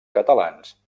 catalans